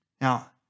Now